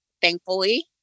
thankfully